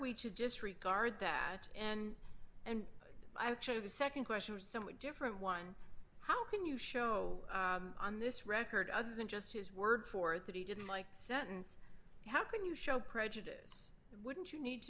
we to disregard that and and the nd question is somewhat different one how can you show on this record other than just his word for it that he didn't like sentence how can you show prejudice wouldn't you need